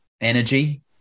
energy